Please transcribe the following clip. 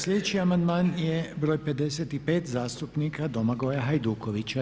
Sljedeći amandman je br. 55. zastupnika Domagoja Hajdukovića.